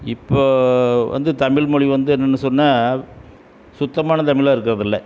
இப்போது வந்து தமிழ்மொழி வந்து என்னன்னு சொன்னால் சுத்தமான தமிழா இருக்கிறது இல்லை